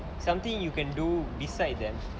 something you can do beside them